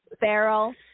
barrel